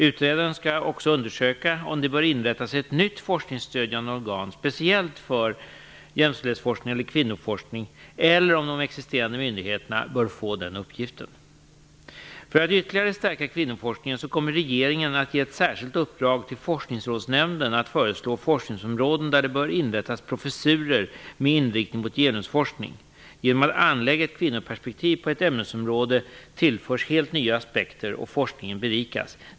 Utredaren skall också undersöka om det bör inrättas ett nytt forskningsstödjande organ, speciellt för jämställdhetsforskning eller kvinnoforskning, eller om de existerande myndigheterna bör få den uppgiften. För att ytterligare stärka kvinnoforskningen kommer regeringen att ge ett särskilt uppdrag till Forskningsrådsnämnden att föreslå forskningsområden där det bör inrättas professurer med inriktning mot genusforskning. Genom att anlägga ett kvinnoperspektiv på ett ämnesområde tillförs helt nya aspekter och forskningen berikas.